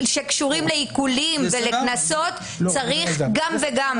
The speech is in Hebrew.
שקשורים לעיקולים ולקנסות צריך גם וגם.